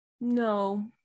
No